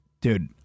Dude